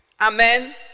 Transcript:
amen